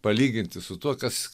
palyginti su tuo kas